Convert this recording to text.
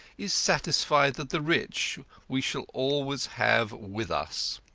is satisfied that the rich we shall always have with us.